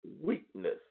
weakness